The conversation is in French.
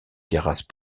terrasses